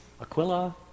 Aquila